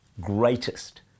greatest